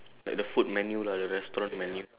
like the food menu lah the restaurant menu